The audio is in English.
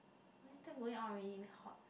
what time going out already very hot